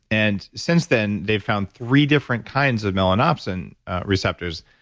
and since then, they've found three different kinds of melanopsin receptors.